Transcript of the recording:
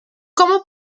cómo